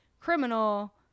criminal